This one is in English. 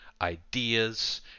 ideas